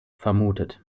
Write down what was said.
vermutet